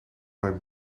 mijn